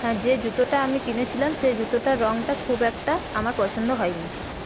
হ্যাঁ যে জুতোটা আমি কিনেছিলাম সে জুতোটার রঙটা খুব একটা আমার পছন্দ হয় নি